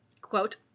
quote